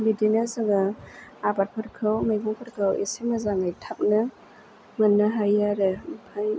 बिदिनो जोङो आबादफोरखौ मैगंफोरखौ एसे मोजाङै थाबनो मोननो हायो आरो ओमफ्राय